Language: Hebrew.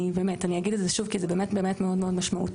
אני אגיד את זה שוב כי זה באמת באמת מאוד מאוד משמעותי.